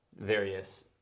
various